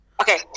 Okay